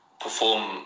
perform